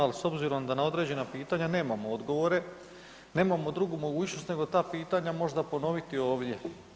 Ali s obzirom da na određena pitanja nemamo odgovore, nemamo drugu mogućnost nego ta pitanja možda ponoviti ovdje.